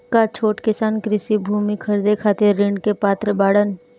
का छोट किसान कृषि भूमि खरीदे खातिर ऋण के पात्र बाडन?